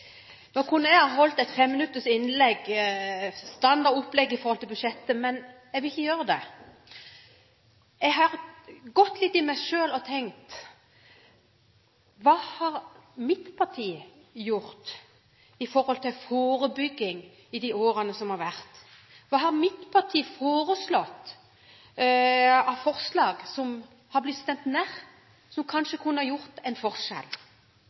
Nå kunne jeg ha holdt et fem minutters innlegg etter standard opplegg i tilknytning til budsjettet, men jeg vil ikke gjøre det. Jeg har gått litt i meg selv og tenkt: Hva har mitt parti gjort med tanke på forebygging i de årene som har vært? Hva har mitt parti fremmet av forslag som er blitt stemt ned, som kanskje kunne ha gjort en forskjell?